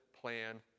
plan